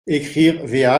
ecrire